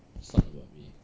算了 bah bee